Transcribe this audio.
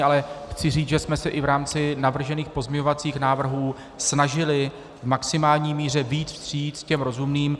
Ale chci říct, že jsme se i v rámci navržených pozměňovacích návrhů snažili v maximální míře vyjít vstříc těm rozumným.